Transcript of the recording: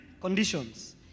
conditions